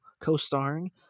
co-starring